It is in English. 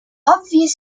obvious